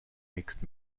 mixed